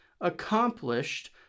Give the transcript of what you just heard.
accomplished